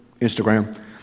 Instagram